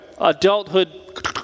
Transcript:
Adulthood